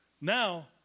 Now